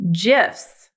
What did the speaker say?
GIFs